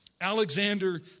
Alexander